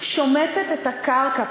שומטת את הקרקע,